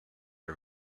are